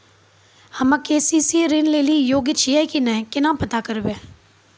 हम्मे के.सी.सी ऋण लेली योग्य छियै की नैय केना पता करबै?